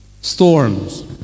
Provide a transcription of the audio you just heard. Storms